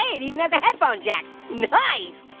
even has a headphone jack, nice.